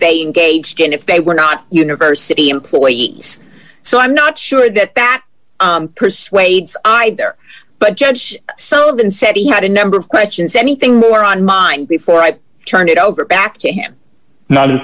stating gates didn't if they were not university employees so i'm not sure that that persuades either but judge soudan said he had a number of questions anything more on mind before i turn it over back to him